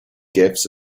gifts